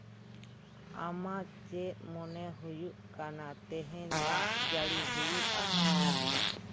ᱟᱢᱟᱜ ᱪᱮᱫ ᱢᱚᱱᱮ ᱦᱩᱭᱩᱜ ᱠᱟᱱᱟ ᱛᱮᱦᱮᱧ ᱫᱟᱜ ᱡᱟᱹᱤ ᱦᱩᱭᱩᱜᱼᱟ